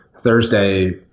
Thursday